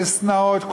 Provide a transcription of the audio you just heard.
לשנאות,